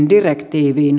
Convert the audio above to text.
puhemies